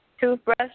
Toothbrush